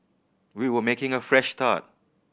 we were making a fresh start